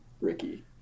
Ricky